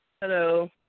Hello